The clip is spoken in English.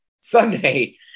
Sunday